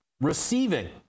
receiving